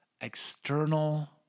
External